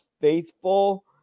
faithful